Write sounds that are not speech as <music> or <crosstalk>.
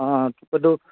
অঁ <unintelligible>